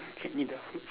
can eat ah